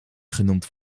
genoemd